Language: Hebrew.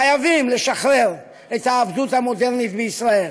חייבים לשחרר מהעבדות המודרנית בישראל.